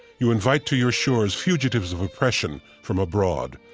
you invite to your shores fugitives of oppression from abroad,